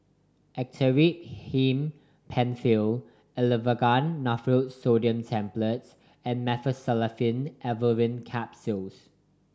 Actrapid Him Penfill Aleve Naproxen Sodium Tablets and Meteospasmyl Alverine Capsules